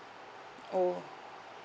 oh